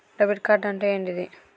Debit card అంటే ఏంటిది?